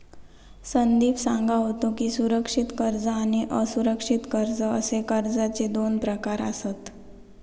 संदीप सांगा होतो की, सुरक्षित कर्ज आणि असुरक्षित कर्ज अशे कर्जाचे दोन प्रकार आसत